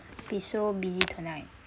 be so busy tonight